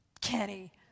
Kenny